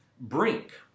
Brink